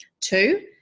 Two